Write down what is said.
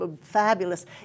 fabulous